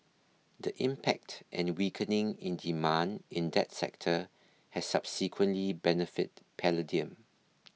the impact and weakening in demand in that sector has subsequently benefited palladium